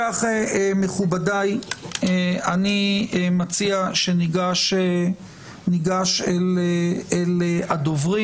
מכובדיי, אני מציע שניגש אל הדוברים.